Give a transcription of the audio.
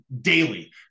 daily